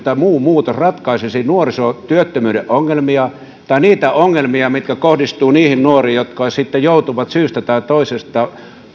tai muu muutos ratkaisisi nuorisotyöttömyyden ongelmia tai niitä ongelmia mitkä kohdistuvat niihin nuoriin jotka sitten joutuvat syystä tai toisesta